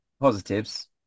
positives